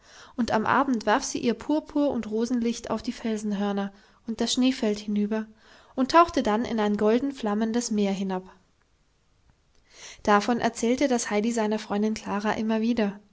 und am abend warf sie ihr purpur und rosenlicht auf die felsenhörner und das schneefeld hinüber und tauchte dann in ein golden flammendes meer hinab davon erzählte das heidi seiner freundin klara immer wieder